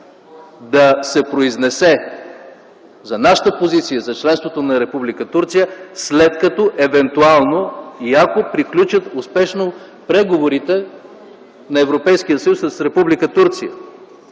да се произнесе за нашата позиция за членството на Република Турция, след като евентуално и ако приключат успешно преговорите на Европейския